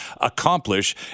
accomplish